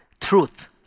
truth